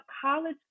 college